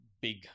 big